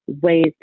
ways